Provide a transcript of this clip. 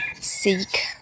seek